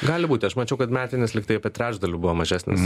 gali būti aš mačiau kad metinis lygtai apie trečdaliu buvo mažesnis